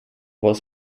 was